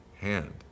hand